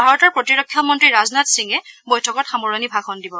ভাৰতৰ প্ৰতিৰক্ষা মন্ত্ৰী ৰাজনাথ সিঙে বৈঠকত সামৰণি ভাষণ দিব